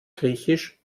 griechisch